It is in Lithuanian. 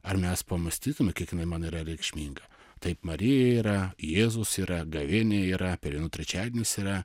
ar mes pamąstytume kiek jinai man yra reikšminga taip marija yra jėzus yra gavėnia yra pelenų trečiadienis yra